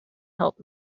help